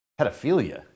pedophilia